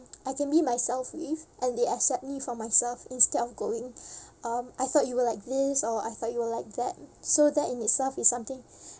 I can be myself with and they accept me for myself instead of going um I thought you were like this or I thought you were like that so that in itself is something